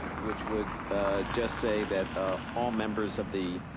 which would just say that ah all members of the,